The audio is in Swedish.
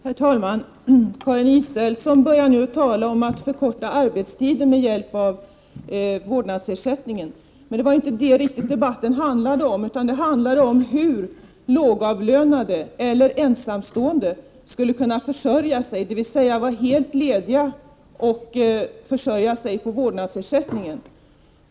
Herr talman! Karin Israelsson börjar nu tala om att förkorta arbetstiden med hjälp av vårdnadsersättningen. Det var ju inte riktigt det debatten handlade om, utan den handlade om hur lågavlönade eller ensamstående skulle kunna vara helt lediga och försörja sig på vårdnadsersättningen.